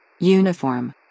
Uniform